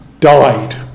died